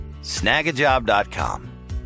Snagajob.com